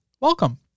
Welcome